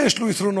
יש לו יתרונות,